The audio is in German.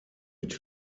mit